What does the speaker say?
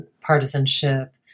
partisanship